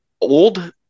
old